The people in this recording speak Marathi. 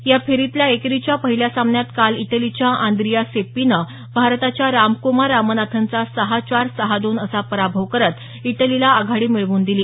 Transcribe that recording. या फेरीतल्या एकेरीच्या पहिल्या सामन्यात काल इटलीच्या आंद्रिआ सेप्पीनं भारताच्या रामक्रमार रामनाथनचा सहा चार सहा दोन असा पराभव करत इटलीला आघाडी मिळवून दिली